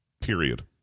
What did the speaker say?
period